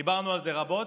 דיברנו על זה רבות.